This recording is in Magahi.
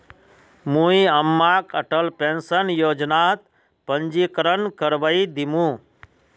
मुई अम्माक अटल पेंशन योजनात पंजीकरण करवइ दिमु